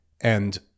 and-